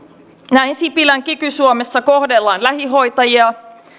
näin sipilän kiky suomessa kohdellaan lähihoitajia